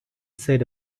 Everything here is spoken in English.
said